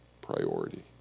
priority